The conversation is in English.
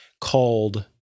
called